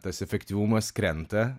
tas efektyvumas krenta